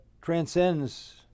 transcends